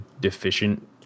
deficient